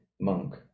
monk